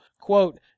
quote